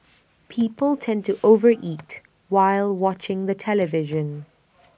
people tend to over eat while watching the television